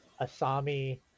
asami